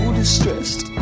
distressed